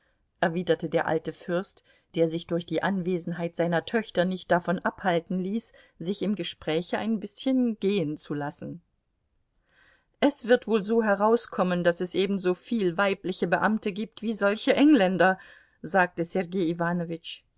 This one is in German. erwiderte der alte fürst der sich durch die anwesenheit seiner töchter nicht davon abhalten ließ sich im gespräche ein bißchen gehenzulassen es wird wohl so herauskommen daß es ebensoviel weibliche beamte gibt wie solche engländer sagte sergei